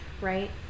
right